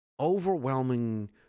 Overwhelming